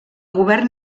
govern